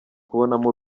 kubonamo